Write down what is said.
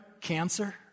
Cancer